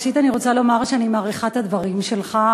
ראשית אני רוצה לומר שאני מעריכה את הדברים שלך.